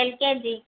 LKG